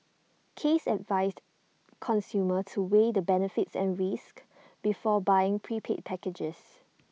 case advised consumers to weigh the benefits and risks before buying prepaid packages